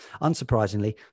Unsurprisingly